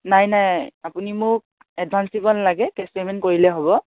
নাই নাই আপুনি মোক এডভাঞ্চ দিব নালাগে কেচ পেইমেণ্ট কৰিলেই হ'ব